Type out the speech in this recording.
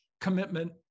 commitment